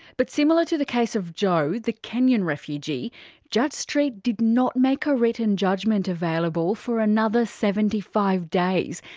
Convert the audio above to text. but similar to the case of joe the kenyan refugee judge street did not make a written judgement available for another seventy five days.